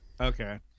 Okay